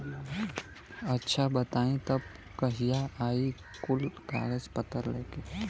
अच्छा बताई तब कहिया आई कुल कागज पतर लेके?